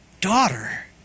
daughter